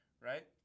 right